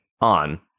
On